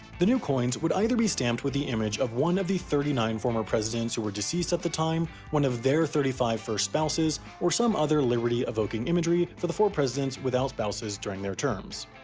the new coins would either be stamped with the image of one of the thirty nine former presidents who were deceased at the time, one of their thirty five first spouses, or some other liberty-evoking imagery for the four presidents without spouses during their terms.